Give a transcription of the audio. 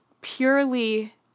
purely